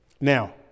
Now